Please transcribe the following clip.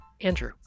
Andrew